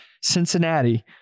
Cincinnati